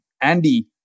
andy